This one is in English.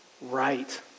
right